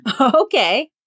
Okay